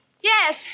Yes